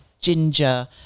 ginger